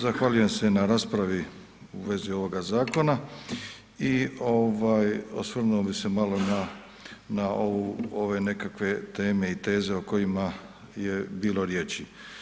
Zahvaljujem se na raspravi u vezi ovoga zakona i osvrnuo bi se malo na ove nekakve teme i teze o kojima je bilo riječi.